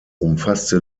umfasste